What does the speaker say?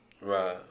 Right